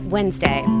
Wednesday